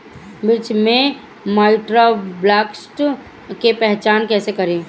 मिर्च मे माईटब्लाइट के पहचान कैसे करे?